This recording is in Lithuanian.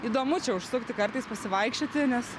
įdomu čia užsukti kartais pasivaikščioti nes